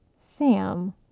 Sam